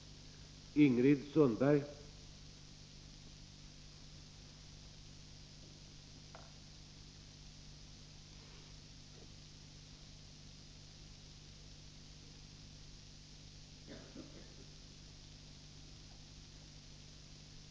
nas behov av fortbildning